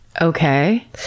Okay